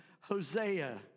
Hosea